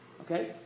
Okay